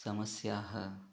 समस्याः